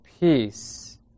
peace